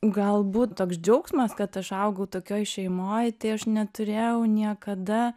galbūt toks džiaugsmas kad aš augau tokioj šeimoj tai aš neturėjau niekada